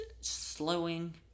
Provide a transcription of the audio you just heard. slowing